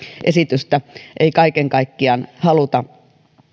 esitystä ei kaiken kaikkiaan haluta